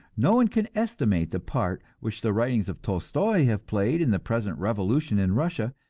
no one can estimate the part which the writings of tolstoi have played in the present revolution in russia,